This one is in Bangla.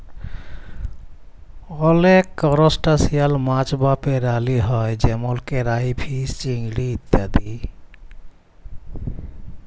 অলেক করসটাশিয়াল মাছ বা পেরালি হ্যয় যেমল কেরাইফিস, চিংড়ি ইত্যাদি